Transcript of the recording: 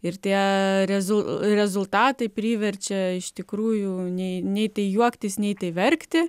ir tie rezul rezultatai priverčia iš tikrųjų nei nei tai juoktis nei tai verkti